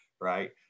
right